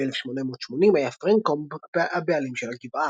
ב-1880 היה פרנקומב הבעלים של הגבעה.